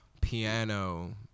piano